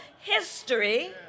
history